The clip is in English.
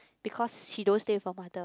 because she don't stay with her mother